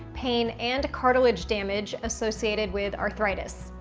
pain, and cartilage damage associated with arthritis.